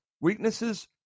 weaknesses